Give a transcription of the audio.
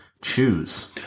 choose